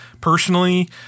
personally